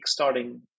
kickstarting